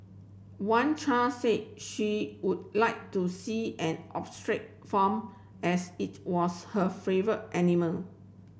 one child said she would like to see an farm as it was her favour animal